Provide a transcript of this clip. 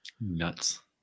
Nuts